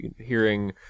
hearing